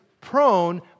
prone